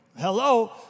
Hello